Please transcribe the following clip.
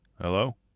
Hello